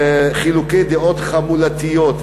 חילוקי דעות חמולתיים,